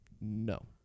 no